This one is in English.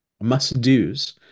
must-dos